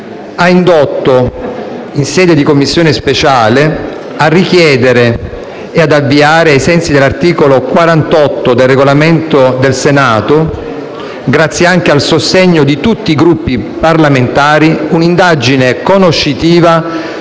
ha indotto, in sede di Commissione speciale, a richiedere e ad avviare, ai sensi dell'articolo 48 del Regolamento del Senato, grazie anche al sostegno di tutti i Gruppi parlamentari, un'indagine conoscitiva